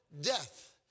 death